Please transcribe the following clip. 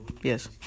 Yes